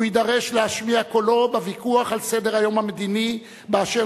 הוא יידרש להשמיע קולו בוויכוח על סדר-היום המדיני באשר